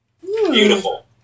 Beautiful